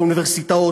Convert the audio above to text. האוניברסיטאות,